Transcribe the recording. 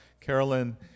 Carolyn